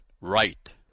right